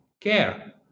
care